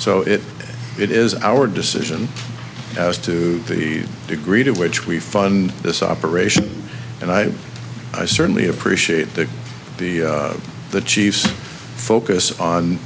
so if it is our decision as to the degree to which we fund this operation and i i certainly appreciate that the the chiefs focus on